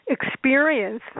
Experience